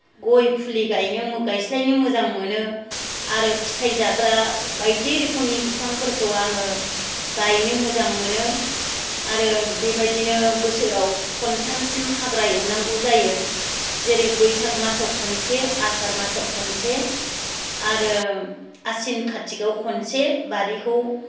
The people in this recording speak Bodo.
गय फुलि गायनो गायस्लायनो मोजां मोनो आरो फिथाय जाग्रा बायदि रोखोमनि बिफांफोरखौ आङो गायनो मोजां मोनो आरो बेबायदिनो बोसोराव खन्थामसिम हाग्रा एवनांगौ जायो जेरै बैसाग मासाव खनसे आसार मासाव खनसे आरो आसिन कातिकाव खनसे बारिखौ